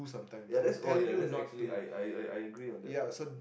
ya that's oh ya that's actually I I I I agree on that part